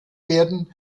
werden